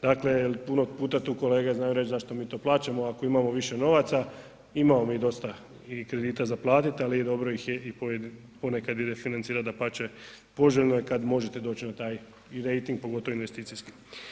Dakle jer puno puta tu kolege znaju reći zašto mi to plaćamo ako imamo više novaca, imamo mi dosta i kredita za platiti, ali dobro ih je i ponekad refinancirati, dapače, poželjno je kad možete doći na taj rejting, pogotovo investicijski.